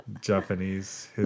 Japanese